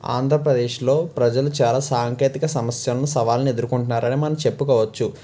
ఆంధ్రప్రదేశ్లో ప్రజలు చాలా సాంకేతిక సమస్యలను సవాళ్లను ఎదుర్కొంటున్నారని మనం చెప్పుకోవచ్చు